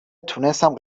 تونستم